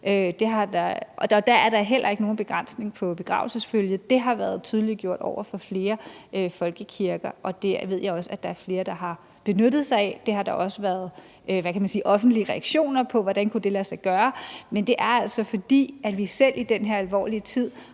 Der er heller ikke nogen begrænsning på begravelsesfølget, og det har været tydeliggjort over for flere folkekirker, og det ved jeg også at der er flere der har benyttet sig af. Det har der også været offentlige reaktioner på, altså hvordan det kunne lade sig gøre, men det er altså, fordi vi selv i den her alvorlige tid